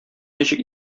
ничек